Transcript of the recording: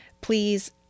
Please